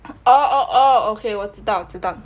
oh oh okay 我知道我知道